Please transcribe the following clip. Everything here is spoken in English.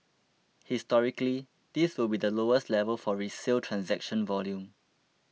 historically this will be lowest level for resale transaction volume